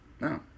no